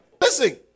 Listen